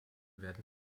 werden